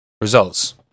Results